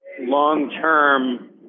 long-term